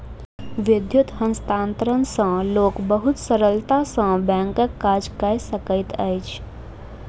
विद्युत हस्तांतरण सॅ लोक बहुत सरलता सॅ बैंकक काज कय सकैत अछि